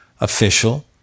official